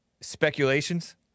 speculations